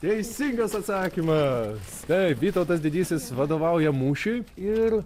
teisingas atsakymas taip vytautas didysis vadovauja mūšiui ir